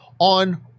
on